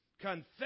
Confess